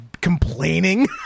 complaining